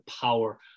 power